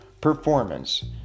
performance